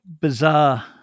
bizarre